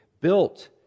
built